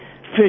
fish